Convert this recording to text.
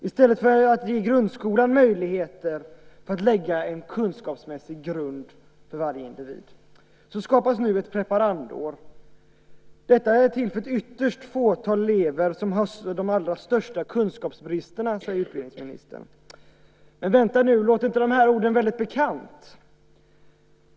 I stället för att ge grundskolan möjligheter att lägga en kunskapsmässig grund för varje individ skapas nu ett preparandår. Detta är till för ett ytterst litet antal elever som har de allra största kunskapsbristerna, säger utbildningsministern. Låter inte de här orden väldigt bekanta?